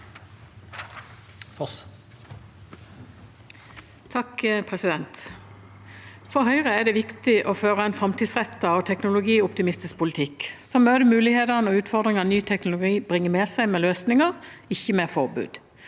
(H) For Høyre er det viktig å føre en framtidsrettet og teknologioptimistisk politikk som møter mulighetene og utfordringene ny teknologi bringer med seg, med løsninger, ikke med forbud.